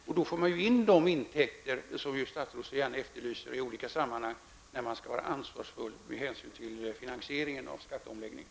På så sätt får man ju in de intäkter som statsrådet så gärna efterlyser i olika sammanhang då det gäller att vara ansvarsfull med hänsyn till finansieringen av skatteomläggningen.